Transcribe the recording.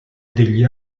degli